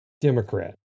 Democrat